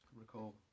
recall